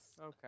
Okay